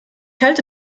halte